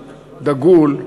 דגול.